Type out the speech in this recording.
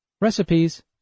Recipes